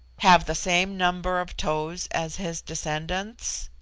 have the same number of toes as his descendants?